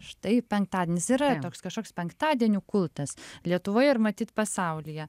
štai penktadienis yra toks kažkoks penktadienių kultas lietuvoje ir matyt pasaulyje